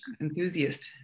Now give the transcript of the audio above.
enthusiast